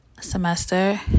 semester